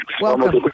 welcome